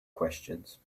questions